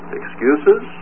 excuses